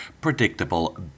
predictable